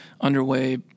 underway